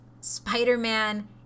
Spider-Man